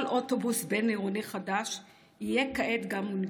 כל אוטובוס בין-עירוני חדש יהיה כעת גם מונגש.